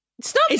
Stop